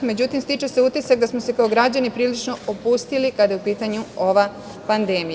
Međutim, stiče se utisak da smo se kao građani prilično opustili kada je u pitanju ova pandemija.